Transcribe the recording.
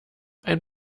ein